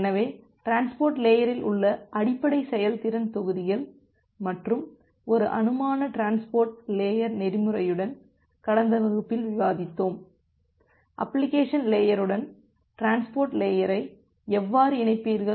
எனவே டிரான்ஸ்போர்ட் லேயரில் உள்ள அடிப்படை செயல்திறன் தொகுதிகள் மற்றும் ஒரு அனுமான டிரான்ஸ்போர்ட் லேயர் நெறிமுறையுடன் கடந்த வகுப்பில் விவாதித்தோம் அப்ளிகேஷன் லேயருடன் டிரான்ஸ்போர்ட் லேயரை எவ்வாறு இணைப்பீர்கள்